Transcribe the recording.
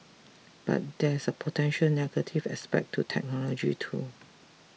but there's a potentially negative aspect to technology too